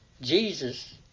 Jesus